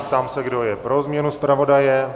Ptám se, kdo je pro změnu zpravodaje?